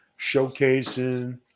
showcasing